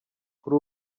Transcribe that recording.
kuri